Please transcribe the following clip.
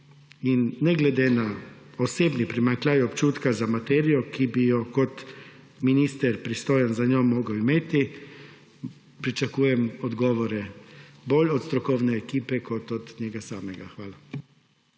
In ne glede na osebni primanjkljaj občutka za materijo, ki bi jo kot minister, pristojen za njo, moral imeti, pričakujem odgovore – bolj od strokovne ekipe kot od njega samega. Hvala.